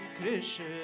Krishna